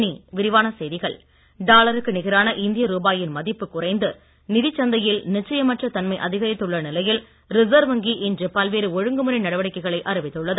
reserve வங்கி டாலருக்கு நிகரான இந்திய ரூபாயின் மதிப்பு குறைந்து நிதிச் சந்தையில் நிச்சயமற்ற தன்மை அதிகரித்துள்ள நிலையில் ரிசர்வ் வங்கி இன்று பல்வேறு ஒழுங்குமுறை நடவடிக்கைகளை அறிவித்துள்ளது